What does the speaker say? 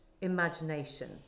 imagination